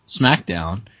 SmackDown